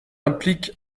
implique